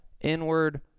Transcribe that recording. inward